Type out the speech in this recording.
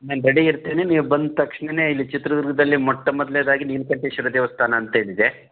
ನಾನು ರೆಡಿ ಇರ್ತೀನಿ ನೀವು ಬಂದ ತಕ್ಷಣವೇ ಇಲ್ಲಿ ಚಿತ್ರದುರ್ಗದಲ್ಲಿ ಮೊಟ್ಟ ಮೊದಲನೇದಾಗಿ ನೀಲಕಂಠೇಶ್ವರ ದೇವಸ್ಥಾನ ಅಂತೇನಿದೆ